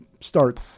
start